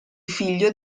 figlio